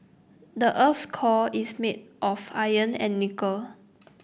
the earth's core is made of iron and nickel